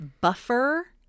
buffer